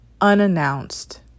unannounced